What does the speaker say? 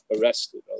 arrested